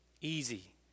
Easy